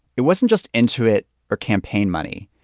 it wasn't just intuit or campaign money.